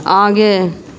आगे